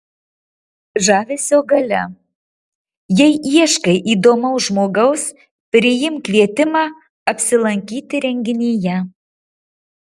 žavesio galia jei ieškai įdomaus žmogaus priimk kvietimą apsilankyti renginyje